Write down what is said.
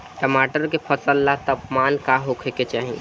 टमाटर के फसल ला तापमान का होखे के चाही?